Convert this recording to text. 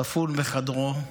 ספון בחדרו.